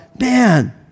man